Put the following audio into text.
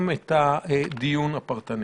נכתוב את המילים "ללא ציון פרטים